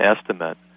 estimate